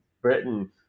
britain